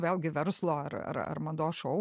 vėlgi verslo ar ar ar mados šou